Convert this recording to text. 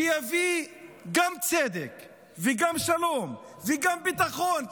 שיביא גם צדק וגם שלום וגם ביטחון,